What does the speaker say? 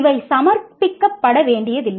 இவை சமர்ப்பிக்கப்பட வேண்டியதில்லை